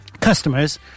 customers